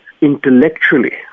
intellectually